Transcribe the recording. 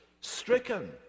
stricken